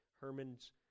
Herman's